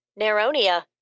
Neronia